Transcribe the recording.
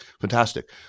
Fantastic